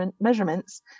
measurements